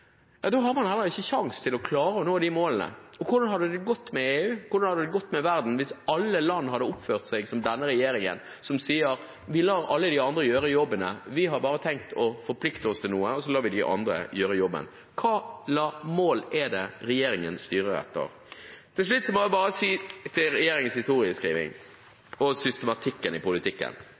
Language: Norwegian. ja, da har man heller ikke noen sjanse til å klare å nå de målene. Og hvordan hadde det gått med EU, hvordan hadde det gått med verden hvis alle land hadde oppført seg som denne regjeringen, som sier at vi har bare tenkt å forplikte oss til noe, og så lar vi de andre gjøre jobben? Hva slags mål er det regjeringen styrer etter? Til slutt må jeg bare si litt om regjeringens historieskriving og systematikken i politikken.